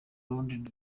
rurimi